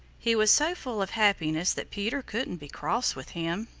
he was so full of happiness that peter couldn't be cross with him.